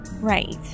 Right